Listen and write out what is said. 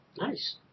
Nice